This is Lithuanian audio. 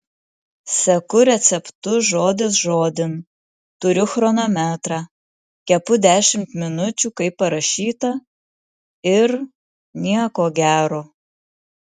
seku receptu žodis žodin turiu chronometrą kepu dešimt minučių kaip parašyta ir nieko gero